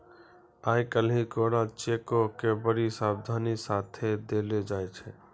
आइ काल्हि कोरा चेको के बड्डी सावधानी के साथे देलो जाय छै